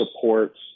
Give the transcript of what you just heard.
supports